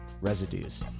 Residues